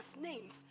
names